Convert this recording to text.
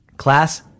Class